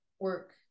work